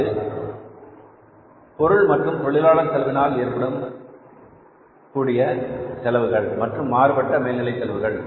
அது பொருள் மற்றும் தொழிலாளர் செலவினால் ஏற்படுத்தக் ஏற்படக்கூடிய செலவுகள் மற்றும் மாறுபட்ட மேல்நிலை செலவுகள்